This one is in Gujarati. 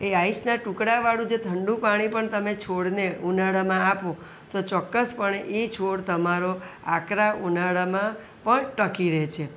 એ આઈસના ટુકડાવાળું જે ઠંડુ પાણી પણ તમે છોડને ઉનાળામાં આપો તો ચોક્કસ પણે એ છોડ તમારો આકરા ઉનાળામાં પણ ટકી રહે છે